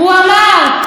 הוא אמר,